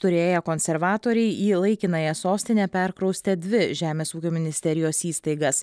turėję konservatoriai į laikinąją sostinę perkraustė dvi žemės ūkio ministerijos įstaigas